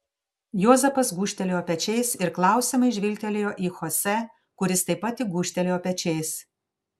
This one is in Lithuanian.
juozapas gūžtelėjo pečiais ir klausiamai žvilgtelėjo į chose kuris taip pat tik gūžtelėjo pečiais